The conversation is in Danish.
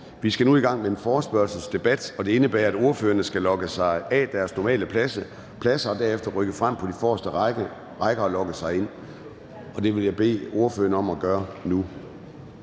Vi skal nu i gang med en forespørgselsdebat, og det indebærer, at ordførerne skal logge sig af på deres normale pladser og derefter rykke frem på de forreste rækker og logge sig ind. Det vil jeg bede ordførerne om at gøre nu.